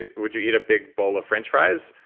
ah would you eat a big bowl of french fries?